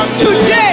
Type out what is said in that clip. today